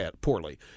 poorly